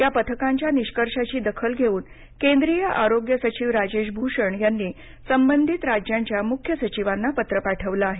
या पथकांच्या निष्कर्षाची दखल घेऊन केंद्रीय आरोग्य सचिव राजेश भूषण यांनी संबंधित राज्यांच्या मुख्य सचिवांना पत्र पाठवलं आहे